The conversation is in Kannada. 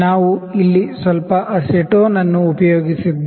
ನಾವು ಇಲ್ಲಿ ಸ್ವಲ್ಪ ಅಸಿಟೋನ್ ಅನ್ನು ಉಪಯೋಗಿಸಿದ್ದೇವೆ